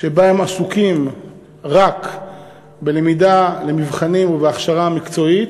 שבה הם עסוקים רק בלמידה למבחנים ובהכשרה המקצועית,